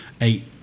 eight